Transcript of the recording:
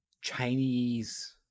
chinese